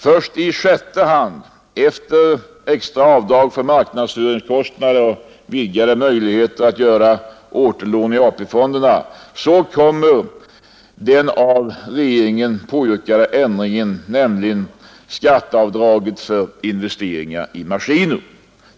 Först på sjätte plats, efter extra avdrag för marknadsföringskostnader och vidgade möjligheter att göra återlån i AP-fonderna, kommer den av regeringen påyrkade ändringen, nämligen skatteavdraget för investeringar i maskiner.